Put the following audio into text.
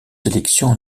sélections